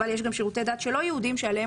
אבל יש גם שירותי דת של לא יהודיים שעליהם